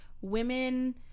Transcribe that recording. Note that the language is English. Women